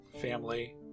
family